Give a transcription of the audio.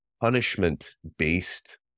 punishment-based